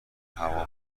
هواپیما